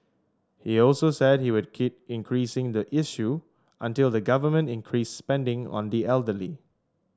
he also said he would keep increasing the issue until the Government increased spending on the elderly